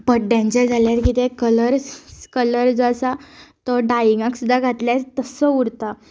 पड्ड्यांचें जाल्यार कितें colour colour जो आसा तो डाइंगाक सुद्दां घातल्यार तस्सो उरता